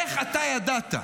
איך אתה ידעת?